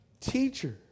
teacher